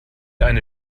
eine